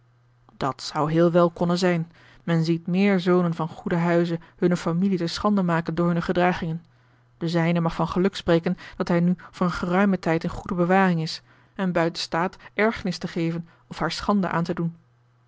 dat zou heel wel konnen zijn men ziet meer zonen van goeden huize hunne familie te schande maken door hunne gedragingen de zijne mag van geluk spreken dat hij nu voor een geruimen tijd in goede bewaring is en buiten staat ergernis te geven of haar schande aan te doen